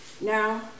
Now